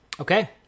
Okay